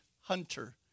hunter